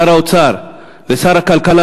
שר האוצר ושר הכלכלה,